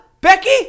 Becky